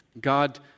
God